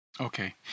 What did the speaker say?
Okay